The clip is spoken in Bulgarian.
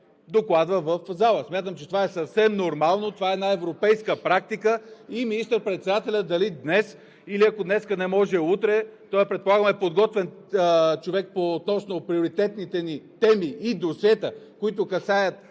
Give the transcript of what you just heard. докладва в залата. Смятам, че това е съвсем нормално, това е европейска практика. Министър-председателят дали днес, или ако днес не може – утре, предполагам, той е подготвен човек относно приоритетните ни теми и досиета, които касаят